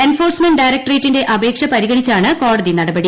enforcement ഡയറക്ടറേറ്റിന്റെ അപേക്ഷ പരിഗണിച്ചാണ് കോടതി നടപടി